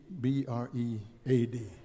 B-R-E-A-D